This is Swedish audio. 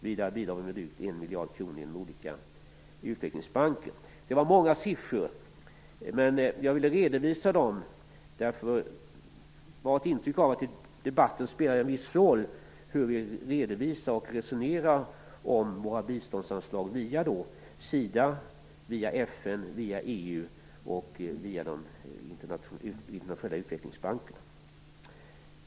Vidare bidrar vi med drygt Det här är många siffror, men jag vill redovisa dem. Vårt intryck är nämligen att det i debatten spelar en viss roll hur vi redovisar och resonerar om våra biståndsanslag via SIDA, FN, EU och Internationella utvecklingsbanken.